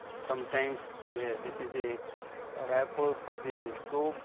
sometimes the, this is the ah wrapper for the soap